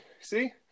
See